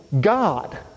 God